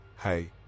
hey